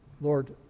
Lord